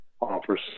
offers